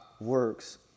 works